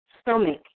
stomach